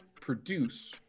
produce